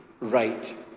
right